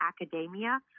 academia